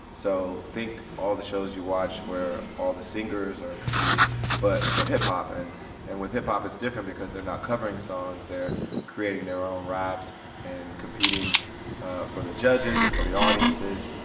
so think of all the shows you watch where all the singers are competing but for hip-hop. and and with hip-hop, it's different because they're not covering songs. they're creating their own raps and competing for the judges and for the audiences.